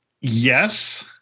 Yes